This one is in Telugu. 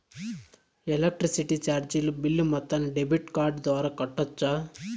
ఎలక్ట్రిసిటీ చార్జీలు బిల్ మొత్తాన్ని డెబిట్ కార్డు ద్వారా కట్టొచ్చా?